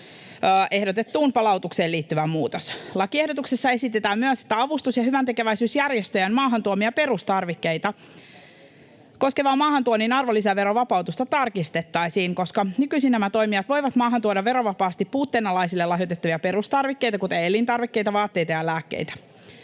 ehdotettuun palautukseen liittyvä muutos. Lakiehdotuksessa esitetään myös, että avustus- ja hyväntekeväisyysjärjestöjen maahantuomia perustarvikkeita koskevaa maahantuonnin arvonlisäverovapautusta tarkistettaisiin, koska nykyisin nämä toimijat voivat maahantuoda verovapaasti puutteenalaisille lahjoitettuja perustarvikkeita, kuten elintarvikkeita, vaatteita ja lääkkeitä.